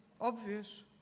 obvious